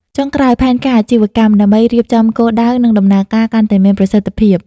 ចុងក្រោយផែនការអាជីវកម្ម ដើម្បីរៀបចំគោលដៅ និងដំណើរការកាន់តែមានប្រសិទ្ធភាព។